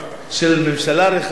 זה